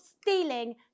stealing